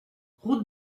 route